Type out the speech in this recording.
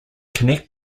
connect